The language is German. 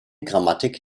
grammatik